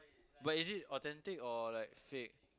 but is it authentic or like fake